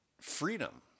freedom